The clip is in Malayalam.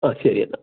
ആ ശരിയെന്നാൽ